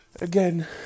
Again